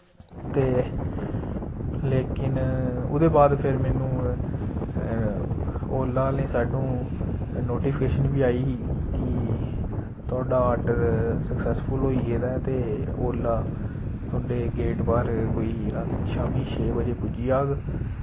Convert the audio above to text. ते लेकिन उ'दे बाद फिर मेनू ओला आह्ली साइडओं नोटिफिकेशन बी आई ही कि थोआढ़ा आर्डर सक्सेसफुल होई गेदा ऐ ते ओला थोआढ़े गेट बाह्र कोई शाम्मी छे बजे पुज्जी जाग